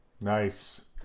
nice